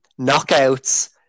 knockouts